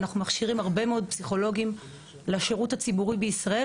ואנחנו מכשירים הרבה מאוד פסיכולוגים לשירות הציבורי בישראל,